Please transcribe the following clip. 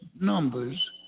numbers